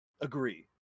agree